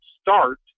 start